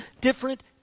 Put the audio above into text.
different